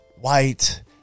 white